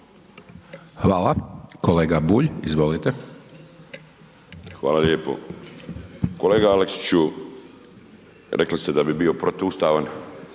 Hvala. Kolega Bulj, izvolite. **Bulj, Miro (MOST)** Hvala lijepo. Kolega Aleksiću, rekli ste da bi bilo protuustavan